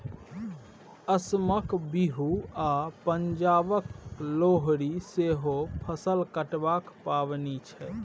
असमक बिहू आ पंजाबक लोहरी सेहो फसल कटबाक पाबनि छै